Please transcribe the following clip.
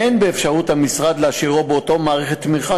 אין באפשרות המשרד להשאירו באותה מערכת תמיכה